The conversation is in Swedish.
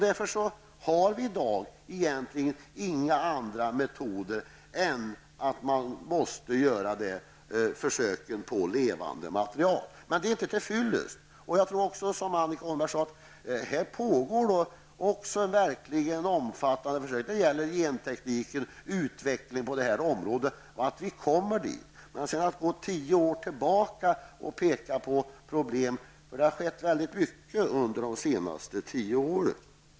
Därför finns det i dag inga andra metoder än försök på levande material. Jag instämmer i det som Annika Åhnberg sade om att det pågår omfattande försök när det gäller genteknik och utveckling. Men man skall inte gå tillbaka i tiden, för det har skett väldigt mycket under de senaste tio åren.